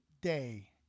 day